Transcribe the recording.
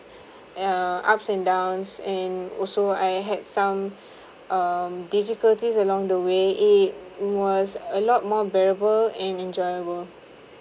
err ups and downs and also I had some um difficulties along the way it was a lot more bearable and enjoyable